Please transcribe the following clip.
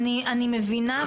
אני מבינה,